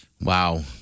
Wow